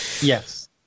Yes